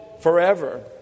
forever